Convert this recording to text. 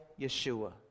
Yeshua